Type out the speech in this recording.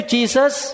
Jesus